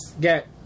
get